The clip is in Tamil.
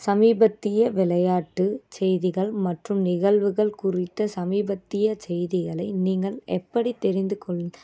சமீபத்திய விளையாட்டு செய்திகள் மற்றும் நிகழ்வுகள் குறித்த சமீபத்திய செய்திகளை நீங்கள் எப்படி தெரிந்துகொள்